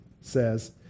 says